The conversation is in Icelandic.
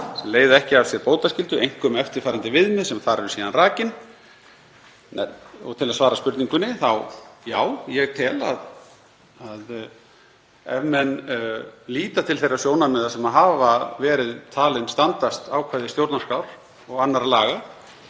leiða ekki af sér bótaskyldu, einkum eftirfarandi viðmiða …“— sem þar eru síðan rakin. Og til að svara spurningunni: Já. Ég tel að ef menn líta til þeirra sjónarmiða sem hafa verið talin standast ákvæði stjórnarskrár og annarra laga